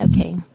Okay